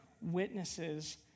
witnesses